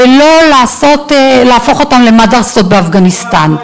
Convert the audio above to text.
ולא להפוך אותם למַדרסות באפגניסטן.